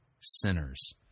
sinners